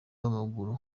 w’amaguru